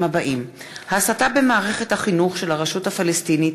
האלה: ההסתה במערכת החינוך של הרשות הפלסטינית,